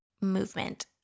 movement